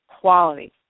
quality